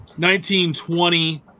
1920